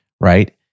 right